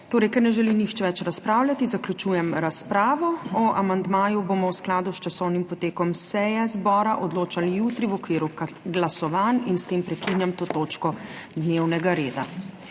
Ne. Ker ne želi nihče več razpravljati, zaključujem razpravo. O amandmaju bomo v skladu s časovnim potekom seje zbora odločali jutri v okviru glasovanj. S tem prekinjam to točko dnevnega reda.